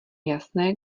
jasné